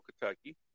Kentucky